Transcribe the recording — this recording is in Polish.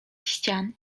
ścian